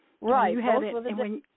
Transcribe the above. Right